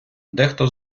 дехто